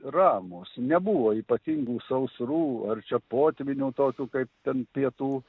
ramūs nebuvo ypatingų sausrų ar čia potvynių tokių kaip ten pietų